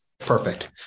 Perfect